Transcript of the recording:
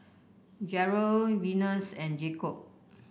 Jerrell Venus and Jacob